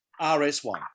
RS1